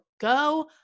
go